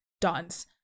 dance